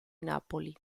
napoli